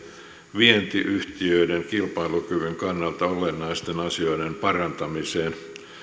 vientiyhtiöiden kilpailukyvyn kannalta olennaisten asioiden parantamiseen